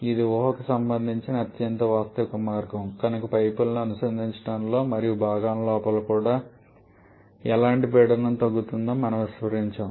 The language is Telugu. ఇది ఊహ కి సంబంధించి అత్యంత వాస్తవిక మార్గం కనుక పైపులను అనుసంధానించడంలో మరియు భాగాల లోపల కూడా ఎలాంటి పీడనం తగ్గుతుందో మనము విస్మరించాము